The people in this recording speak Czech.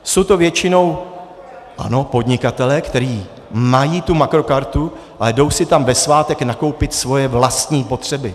Jsou to většinou podnikatelé, kteří mají Makro kartu, ale jdou si tam ve svátek nakoupit svoje vlastní potřeby.